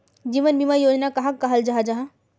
जीवन बीमा योजना कहाक कहाल जाहा जाहा?